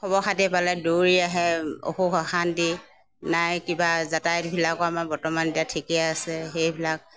খবৰ খাতি পালে দৌৰি আহে অসুখ অশান্তি নাই কিবা যাতায়তবিলাকো আমাৰ বৰ্তমান এতিয়া ঠিকে আছে সেইবিলাক